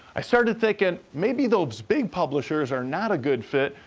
i started thinking, maybe those big publishers are not a good fit.